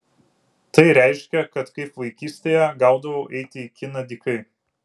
tai reiškė kad kaip vaikystėje gaudavau eiti į kiną dykai